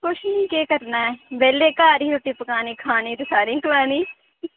कुछ नी केह् करना ऐ बेह्ले घर ही रुट्टी पकानी खानी ते सारें गी खलानी